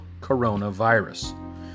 coronavirus